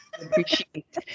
appreciate